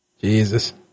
Jesus